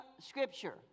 scripture